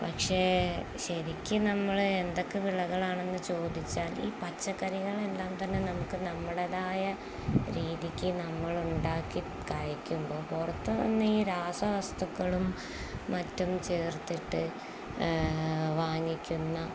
പക്ഷേ ശരിക്കു നമ്മള് എന്തൊക്കെ വിളകളാണെന്നു ചോദിച്ചാൽ ഈ പച്ചക്കറികളെല്ലാം തന്നെ നമുക്കു നമ്മടെതായ രീതിക്കു നമ്മളുണ്ടാക്കി കഴിക്കുമ്പോള് പുറത്തുവന്ന് ഈ രാസവസ്തുക്കളും മറ്റും ചേർത്തിട്ടു വാങ്ങിക്കുന്ന